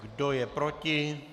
Kdo je proti?